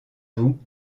vous